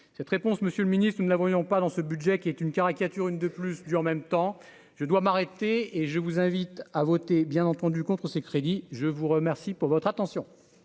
cette réponse Monsieur le Ministre, nous ne la voyons pas dans ce budget, qui est une caricature, une de plus du en même temps je dois m'arrêter et je vous invite à voter bien entendu contre ces crédits, je vous remercie pour votre attention.